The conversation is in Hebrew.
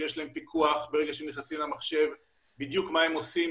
שיש עליהם פיקוח ברגע שהם נכנסים למחשב כדי לדעת מה הם עושים